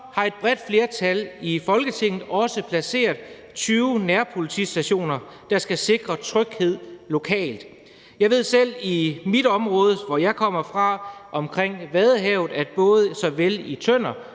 har et bredt flertal i Folketinget også placeret 20 nærpolitistationer, der skal sikre tryghed lokalt. Jeg ved, at i mit område, det område, som jeg kommer fra – omkring Vadehavet – såvel i Tønder